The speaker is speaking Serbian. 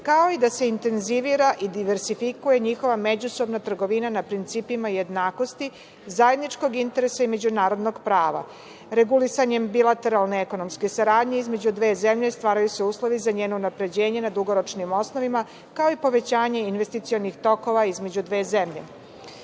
kao i da se intenzivira i diverzifikuje njihova međusobna trgovina na principima jednakosti zajedničkog interesa i međunarodnog prava. Regulisanjem bilateralne ekonomske saradnje između dve zemlje stvaraju se uslovi za njeno unapređenje na dugoročnim osnovama, kao i povećanje investicionih tokova između dve